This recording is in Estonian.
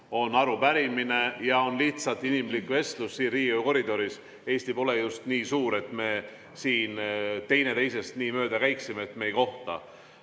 on arupärimine ja on lihtsalt inimlik vestlus siin Riigikogu koridoris. Eesti pole nii suur, et me siin teineteisest nii mööda käiksime, et me ei kohtu.